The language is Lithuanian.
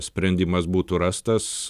sprendimas būtų rastas